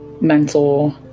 mental